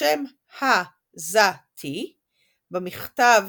ובשם ḫa-za-ti במכתב